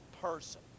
person